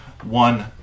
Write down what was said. one